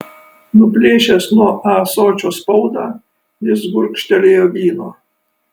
nuplėšęs nuo ąsočio spaudą jis gurkštelėjo vyno